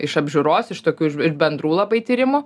iš apžiūros iš tokių ir bendrų labai tyrimų